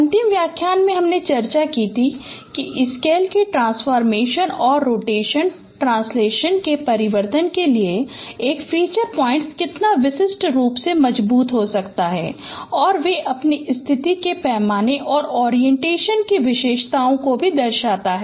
अंतिम व्याख्यान में हमने चर्चा की थी कि स्केल के ट्रांसफॉर्मेशन और रोटेशन ट्रांसलेशन के परिवर्तन के लिए एक फीचर पॉइंट कितना विशिष्ट रूप से मजबूत हो सकता है और वे अपनी स्थिति के पैमाने और ओरिएंटेशन की विशेषता को भी दर्शाता हैं